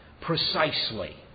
precisely